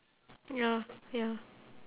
ya ya